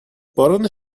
باران